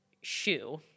shoe